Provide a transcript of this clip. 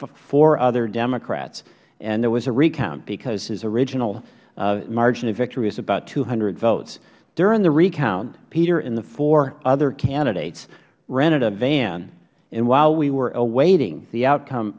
four other democrats and there were a recount because his original margin of victory was about two hundred votes during the recount peter and the four other candidates rented a van and while we were awaiting the outcome